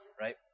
right